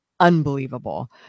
unbelievable